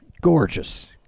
gorgeous